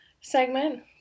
segment